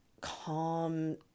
calm